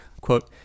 quote